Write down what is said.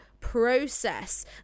process